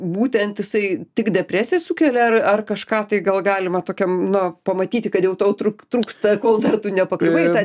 būtent jisai tik depresiją sukelia ar ar kažką tai gal galima tokiam nu pamatyti kad dėl to trūk trūksta kol dar nepakliuvai į tą